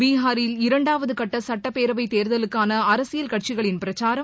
பீகாரில் இரண்டாவது கட்ட சட்டப்பேரவைத் தேர்தலுக்கான அரசியல் கட்சிகளின் பிரச்சாரம்